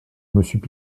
monsieur